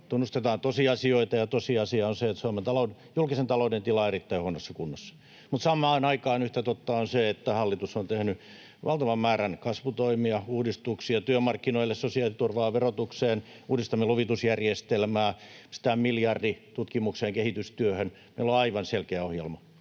Tunnustetaan tosiasioita, ja tosiasia on se, että Suomen julkisen talouden tila on erittäin huonossa kunnossa. Mutta samaan aikaan yhtä totta on se, että hallitus on tehnyt valtavan määrän kasvutoimia, uudistuksia työmarkkinoille, sosiaaliturvaan, verotukseen, uudistamme luvitusjärjestelmää, pistetään miljardi tutkimukseen ja kehitystyöhön. Meillä on aivan selkeä ohjelma.